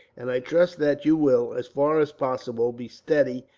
and i trust that you will, as far as possible, be steady,